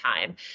time